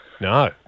No